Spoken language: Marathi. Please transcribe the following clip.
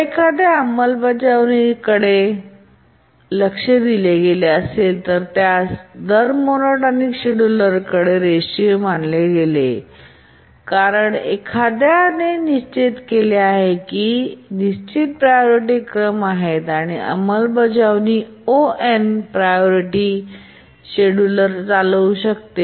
जर एखाद्या अंमलबजावणीच्या बाबींकडे लक्ष दिले गेले असेल ज्याला दर मोनोटोनिकरेट मोनोटोनिक शेड्युलर्ससाठी रेषीय मानले गेले आहे कारण जर एखाद्याने निश्चित केले आहे की निश्चित प्रायोरिटी क्रम आहेत आणि तर अंमलबजावणी O प्रायोरिटी शेड्यूलर चालवू शकते